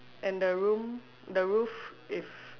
and the room the roof if